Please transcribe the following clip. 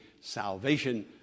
salvation